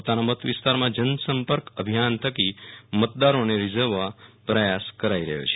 પોતાના મત વિસ્તારમાં જન સંપર્ક અભિયાન થકી મતદારોને રિઝવવા પ્રયાસ કરાઈ રહ્યો છે